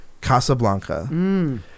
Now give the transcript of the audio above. Casablanca